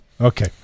okay